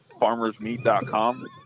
FarmersMeat.com